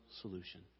solution